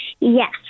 Yes